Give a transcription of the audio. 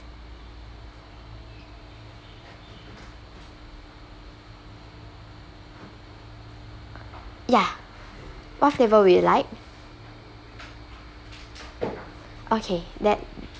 ya what flavor would you like okay that